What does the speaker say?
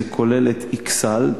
זה כולל את אכסאל,